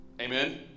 Amen